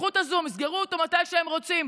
יפתחו את הזום, יסגרו אותו מתי שהם רוצים.